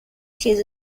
his